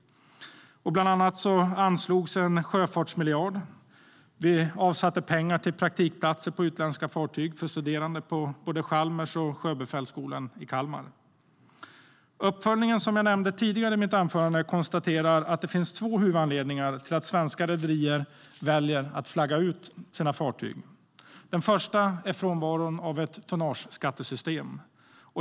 Bland annat anslogs en sjöfartsmiljard. Och vi avsatte pengar till praktikplatser på utländska fartyg för studerande både på Chalmers och Sjöfartshögskolan i Kalmar.Uppföljningen, som jag nämnde tidigare, konstaterar att det finns två huvudanledningar till att svenska rederier väljer att flagga ut sina fartyg. Den första är frånvaron av ett tonnageskattesystem.